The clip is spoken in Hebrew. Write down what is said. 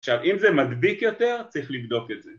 עכשיו אם זה מדביק יותר, צריך לבדוק את זה